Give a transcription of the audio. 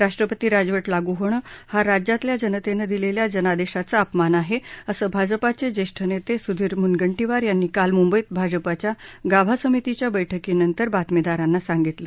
राष्ट्रपती राजवट लागू होणं हा राज्यातल्या जनतेनं दिलेल्या जनादेशाचा अपमान आहे असं भाजपाचे ज्येष्ठ नेते सुधीर मुनगंटीवार यांनी काल मुंबईत भाजपाच्या गाभा समितीच्या बैठकीनंतर बातमीदारांना सांगितलं